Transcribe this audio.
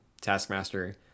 Taskmaster